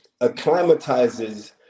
acclimatizes